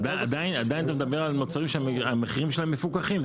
עדיין אתה מדבר על מוצרים שהמחירים שלהם מפוקחים.